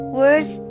words